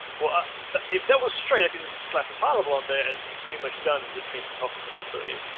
was ah like, if that was straight i could just slap a title on there and be pretty much done and just paint the top of it. so yeah.